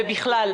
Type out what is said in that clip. ובכלל.